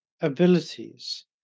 abilities